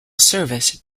service